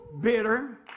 bitter